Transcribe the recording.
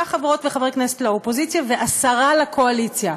חברות וחברי כנסת לאופוזיציה ועשרה לקואליציה.